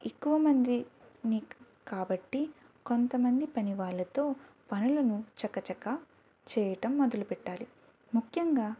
ఎక్కువ మంది ని కాబట్టి కొంతమంది పని వాళ్ళతో పనులను చకచకా చేయటం మొదలు పెట్టాలి ముఖ్యంగా